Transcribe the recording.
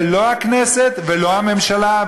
ולא הכנסת ולא הממשלה,